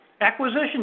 Acquisition